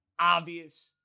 obvious